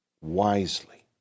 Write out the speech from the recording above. wisely